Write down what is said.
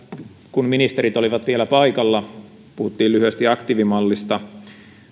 kun ministerit olivat vielä paikalla puhuttiin lyhyesti aktiivimallista